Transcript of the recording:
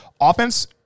offense